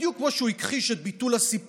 בדיוק כמו שהוא הכחיש את ביטול הסיפוח.